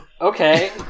Okay